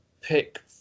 pick